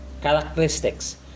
characteristics